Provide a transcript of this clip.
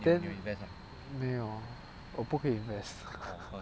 then 我不可以 invest